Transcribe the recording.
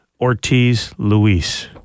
Ortiz-Luis